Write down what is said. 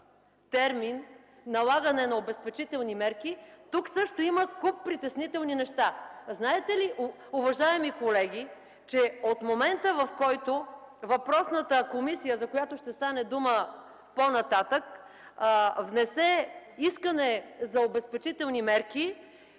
термин – налагане на обезпечителни мерки, тук също има куп притеснителни неща. Знаете ли, уважаеми колеги, че от момента, в който въпросната комисия, за която ще стане дума по-нататък внесе искане за обезпечителни мерки,